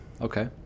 Okay